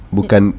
Bukan